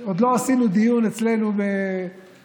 עוד לא עשינו דיון אצלנו בקואליציה,